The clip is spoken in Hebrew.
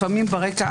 לפעמים ברקע,